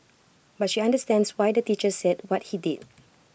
but she understands why the teacher said what he did